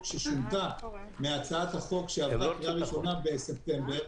ששונתה מהצעת החוק שעברה קריאה ראשונה בספטמבר,